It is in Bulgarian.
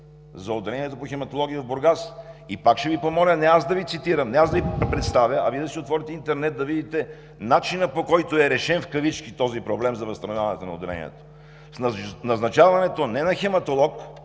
за отделенията по хематология в Бургас. Пак ще Ви помоля не аз да Ви цитирам, не аз да Ви представя, а Вие да си отворите интернет, да видите начина, по който е решен в кавички този проблем за възстановяването на отделението. С назначаването не на хематолог,